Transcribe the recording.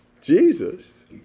Jesus